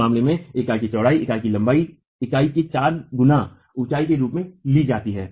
इस मामले में इकाई की चौड़ाई इकाई की लंबाई इकाई के 4 गुना ऊंचाई के रूप में ली जाती है